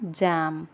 jam